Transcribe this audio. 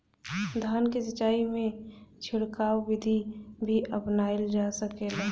धान के सिचाई में छिड़काव बिधि भी अपनाइल जा सकेला?